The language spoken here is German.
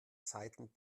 seiten